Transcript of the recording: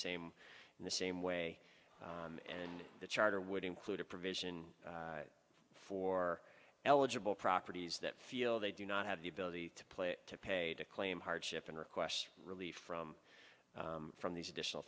in the same way and the charter would include a provision for eligible properties that feel they do not have the ability to play to pay to claim hardship and request relief from from these additional